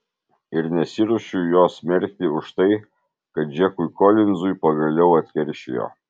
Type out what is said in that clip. ir nesiruošiu jos smerkti už tai kad džekui kolinzui pagaliau atkeršijo